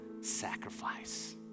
sacrifice